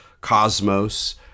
cosmos